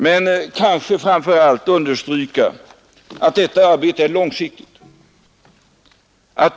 Men jag kanske framför allt skall understryka att detta arbete är långsiktigt.